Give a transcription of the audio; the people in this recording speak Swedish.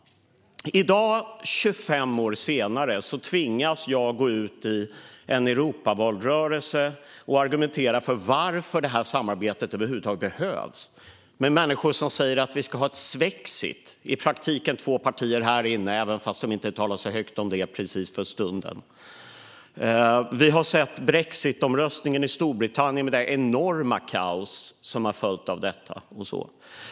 I dag, 25 år senare, tvingas jag gå ut i en Europavalrörelse och argumentera för varför detta samarbete över huvud taget behövs - inför människor som säger att vi ska ha svexit. Det gäller i praktiken två partier här inne, även om de för stunden inte talar så högt om det. Vi har sett brexitomröstningen i Storbritannien och det enorma kaos som har följt av den.